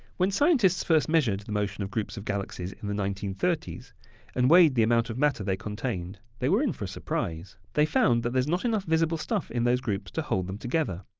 when scientists first measured the motion of groups of galaxies in the nineteen thirty s and weighed the amount of matter they contained, they were in for a surprise. they found that there's not enough visible stuff in those groups to hold them together.